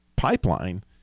pipeline